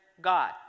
God